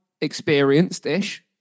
experienced-ish